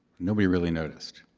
nobody really noticed.